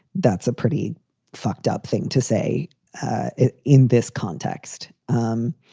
that's a pretty fucked up thing to say in this context. um